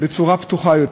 בצורה פתוחה יותר,